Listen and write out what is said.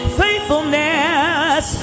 faithfulness